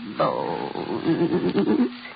bones